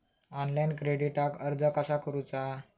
Online क्रेडिटाक अर्ज कसा करुचा?